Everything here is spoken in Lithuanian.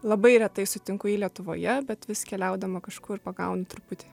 labai retai sutinku jį lietuvoje bet vis keliaudama kažkur pagaunu truputį